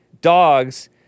dogs